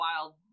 wild